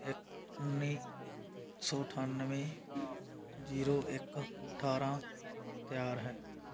ਇੱਕ ਉੱਨੀ ਸੌ ਅਠਾਨਵੇਂ ਜੀਰੋ ਇੱਕ ਅਠਾਰਾਂ ਤਿਆਰ ਹੈ